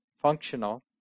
functional